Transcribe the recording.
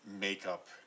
makeup